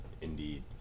Indeed